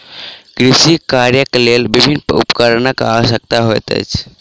कृषि कार्यक लेल विभिन्न उपकरणक आवश्यकता होइत अछि